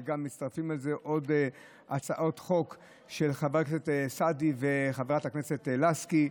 וגם צירפו לזה עוד הצעות חוק של חבר הכנסת סעדי וחברת הכנסת לסקי.